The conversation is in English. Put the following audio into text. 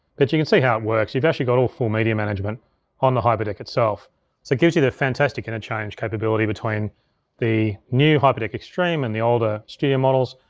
you can see how it works. you've actually got all four media management on the hyperdeck itself. so it gives you the fantastic interchange capability between the new hyperdeck extreme and the old ah studio models,